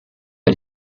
bei